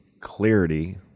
clarity